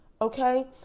okay